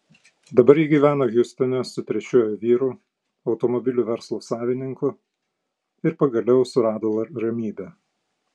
dabar ji gyvena hjustone su trečiuoju vyru automobilių verslo savininku ir pagaliau surado ramybę